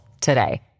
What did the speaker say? today